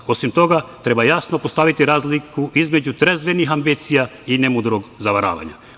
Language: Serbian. Osim toga, treba jasno postaviti razliku između trezvenih ambicija i nemudrog zavaravanja.